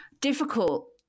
difficult